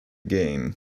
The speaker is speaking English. game